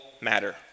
matter